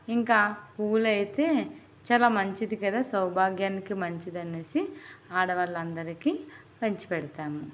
ఇంకా పువ్వులు అయితే చాలా మంచిది కదా సౌభాగ్యానికి మంచిది అని ఆడవాళ్ళ అందరికి పంచి పెడతాము